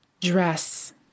dress